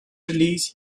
release